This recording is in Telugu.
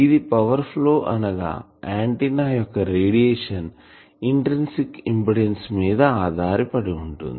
ఇది పవర్ ఫ్లోఅనగా ఆంటిన్నా యొక్క రేడియేషన్ ఇంట్రిన్సిక్ ఇంపిడెన్సు మీద ఆధారపడి ఉంటుంది